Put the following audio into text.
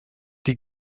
die